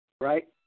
Right